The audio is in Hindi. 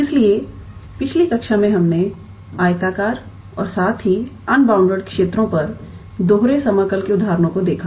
इसलिए पिछली कक्षा में हमने आयताकार और साथ ही अनबाउंड क्षेत्रों पर दोहरे समाकल के उदाहरणों को देखा